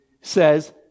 says